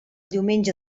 diumenge